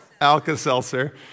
Alka-Seltzer